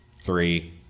Three